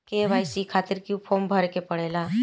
KYC खातिर क्यूं form भरे के पड़ेला?